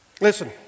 Listen